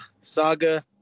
saga